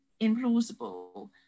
implausible